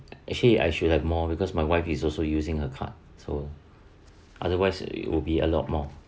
actually I should have more because my wife is also using her card so otherwise it will be a lot more